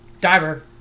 diver